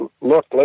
look